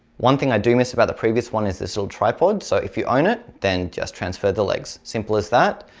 one thing i do miss about the previous one is this little tripod so if you own it then just transfer the legs. simple as that.